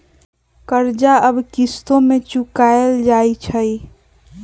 कर्जा अब किश्तो में चुकाएल जाई छई